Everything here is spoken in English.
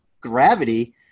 gravity